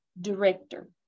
director